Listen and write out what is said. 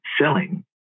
selling